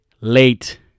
Late